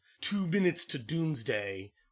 two-minutes-to-doomsday